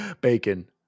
Bacon